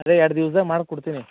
ಅದೆ ಎರಡು ದಿವ್ಸ್ದಾಗ ಮಾಡಿ ಕೊಡ್ತೀನಿ